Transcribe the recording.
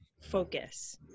focus